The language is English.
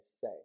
say